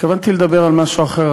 התכוונתי לדבר על משהו אחר,